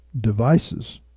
devices